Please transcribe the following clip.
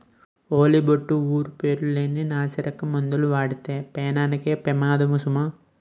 ఓలి బొట్టే ఊరు పేరు లేని నాసిరకం మందులు వాడితే పేనానికే పెమాదము సుమా